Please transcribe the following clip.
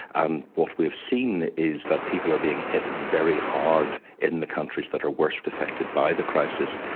and what we've seen is that people are being hit very hard in the countries that are worst affected by the crisis.